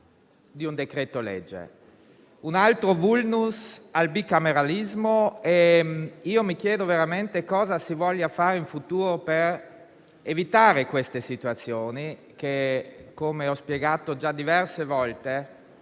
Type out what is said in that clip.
un altro *vulnus* al bicameralismo e mi chiedo veramente cosa si voglia fare in futuro per evitare queste situazioni. Come ho spiegato già diverse volte,